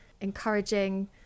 encouraging